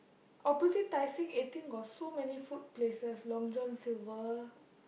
opposite Tai Seng eating got so many food places Long-John-Silver